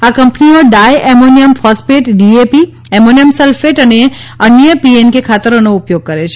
આ કંપનીઓ di ammonium phosphate DAP ammonium sulphate અને અન્ય પીએનકે ખાતરોનો ઉપયોગ કરે છે